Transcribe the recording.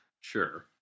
Sure